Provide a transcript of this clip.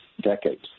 decades